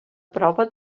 prova